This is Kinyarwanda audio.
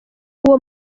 uwo